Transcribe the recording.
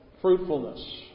fruitfulness